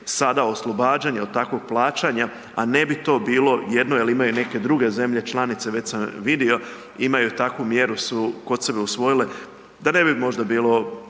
sada oslobađanje od takvog plaćanja, a ne bi to bilo jedno jel imaju neke druge zemlje članice već sam vidio, imaju takvu mjeru su kod sebe usvojile da ne bi možda bilo